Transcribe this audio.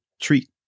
treat